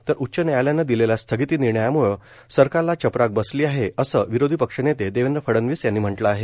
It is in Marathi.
तर उच्च न्यायालयानं दिलेल्या स्थगिती निर्णयामुळं सरकारला चपराक बसली आहे असं विरोधी पक्षनेते देवेंद्र फडनवीस यांनी म्हटलं आहे